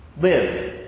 Live